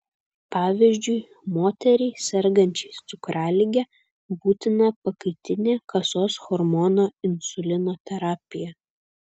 pavyzdžiui moteriai sergančiai cukralige būtina pakaitinė kasos hormono insulino terapija